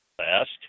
asked